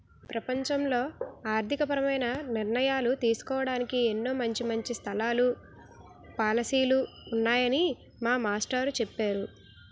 ప్రపంచంలో ఆర్థికపరమైన నిర్ణయాలు తీసుకోడానికి ఎన్నో మంచి మంచి సంస్థలు, పాలసీలు ఉన్నాయని మా మాస్టారు చెప్పేరు